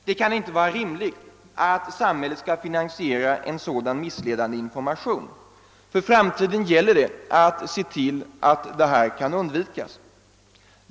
Det kan inte vara rimligt att samhället skall finansiera en sådan missledande information. För framtiden gäller det att se till att detta kan undvikas.